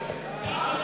ש"ס,